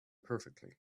perfectly